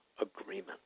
agreement